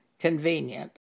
Convenient